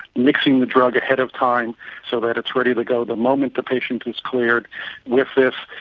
mixing the drug ahead of time so that it's ready to go the moment the patient is cleared with this.